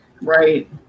Right